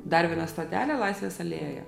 dar viena stotelė laisvės alėjoje